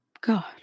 God